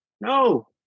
No